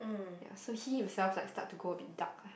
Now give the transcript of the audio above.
ya so he himself like start to go a bit dark ah